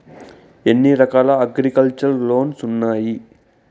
ఎన్ని రకాల agriculture loans ఉండాయి